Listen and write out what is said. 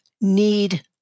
need